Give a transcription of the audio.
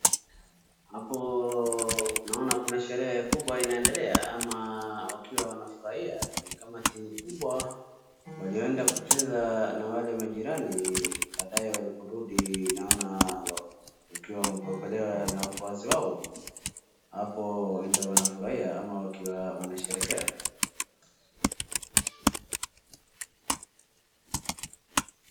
Hapo naona kuna shrehe kubwa inaendelea ama wakiwa wanafurahia ni kama timu kubwa walienda kuchezana hao majirani baadaye waliporudi naona wakiwa wanapokelewa na mafans wao hapo ndio wanafurahia ama wakiwa wanasherehekea.